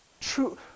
True